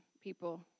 people